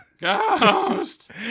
Ghost